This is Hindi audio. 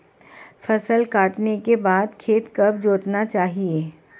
फसल काटने के बाद खेत कब जोतना चाहिये?